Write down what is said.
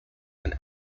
and